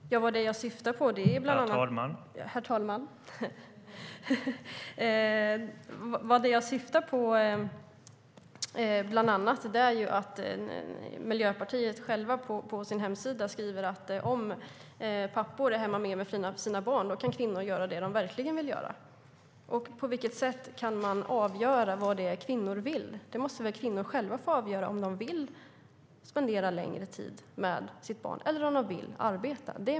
Vad är det jag syftar på? Herr talman! Jag syftar bland annat på att Miljöpartiet på sin hemsida skriver att om pappor är hemma med sina barn kan kvinnor göra det de verkligen vill göra. På vilket sätt kan man avgöra vad det är kvinnor vill? Kvinnor måste själva få avgöra om de vill spendera längre tid med sitt barn eller om de vill arbeta.